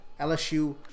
LSU